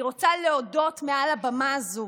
אני רוצה להודות מעל הבמה הזו